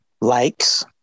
likes